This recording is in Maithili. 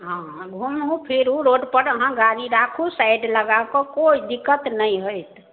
हँ हँ घुमू फिरू रोडपर आहाँ गाड़ी राखू साइड लगाकऽ कोइ दिक्कत नहि होयत